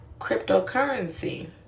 cryptocurrency